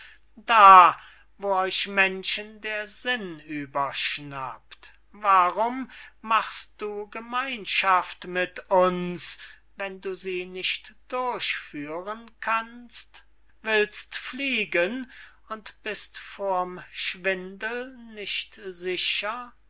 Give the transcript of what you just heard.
da wo euch menschen der sinn überschnappt warum machst du gemeinschaft mit uns wenn du sie nicht durchführen kannst willst fliegen und bist vorm schwindel nicht sicher